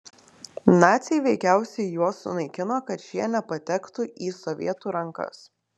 naciai veikiausiai juos sunaikino kad šie nepatektų į sovietų rankas